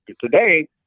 Today